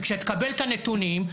שכשתקבל את הנתונים,